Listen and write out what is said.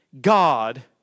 God